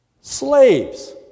Slaves